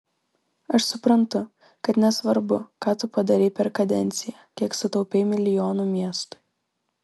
aš suprantu kad nesvarbu ką tu padarei per kadenciją kiek sutaupei milijonų miestui